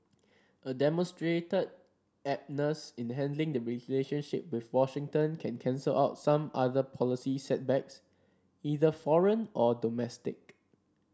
a demonstrated adeptness in handling the relationship with Washington can cancel out some other policy setbacks either foreign or domestic